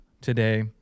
today